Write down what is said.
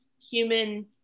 human